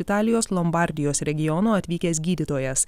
italijos lombardijos regiono atvykęs gydytojas